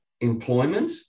employment